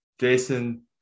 Jason